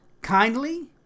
kindly